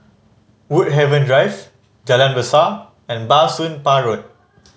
Woodhaven Drive Jalan Besar and Bah Soon Pah Road